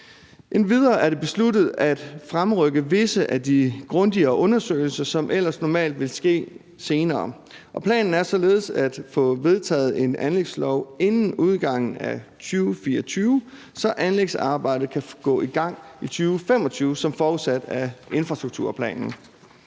Endvidere er det besluttet at fremrykke visse af de grundigere undersøgelser, som ellers normalt ville ske senere, og planer er således at få vedtaget en anlægslov inden udgangen af 2024, så anlægsarbejdet kan gå i gang i 2025 som forudsat i infrastrukturplanen.